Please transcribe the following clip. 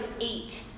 eight